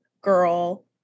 girl